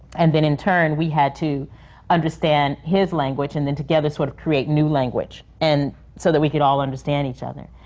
and then in turn, we had to understand his language, and then together sort of create new language, and so that we could all understand each other.